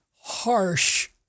harsh